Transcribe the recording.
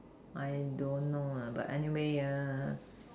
I don't know ah but anyway ah